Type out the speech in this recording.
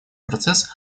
процесс